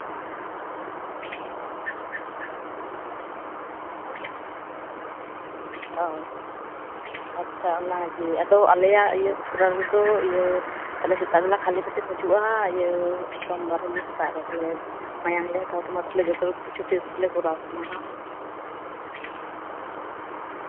ᱚ ᱟᱪᱪᱷᱟ ᱚᱱᱟᱜᱮ ᱟᱫᱚ ᱟᱞᱮᱭᱟᱜ ᱦᱟᱸᱥᱯᱤᱴᱟᱞ ᱨᱮᱫᱚ ᱤᱭᱟᱹ ᱥᱮᱛᱟᱜ ᱵᱮᱞᱟ ᱠᱷᱟᱞᱤ ᱯᱮᱴᱮᱢ ᱵᱤᱡᱩᱜᱼᱟ ᱤᱭᱟᱹ ᱥᱚᱢᱵᱟᱨ ᱦᱤᱞᱳᱜ ᱥᱮᱛᱟᱜ ᱨᱮ ᱢᱟᱭᱟᱢ ᱞᱮ ᱦᱟᱛᱟᱣ ᱛᱟᱢᱟ ᱛᱟᱦᱚᱞᱮ ᱡᱚᱛᱚ ᱠᱤᱪᱷᱩ ᱴᱮᱥᱴ ᱞᱮ ᱠᱚᱨᱟᱣ ᱛᱟᱢᱟ ᱦᱟᱜ